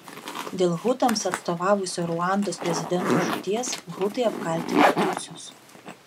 dėl hutams atstovavusio ruandos prezidento žūties hutai apkaltino tutsius